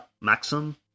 Maxim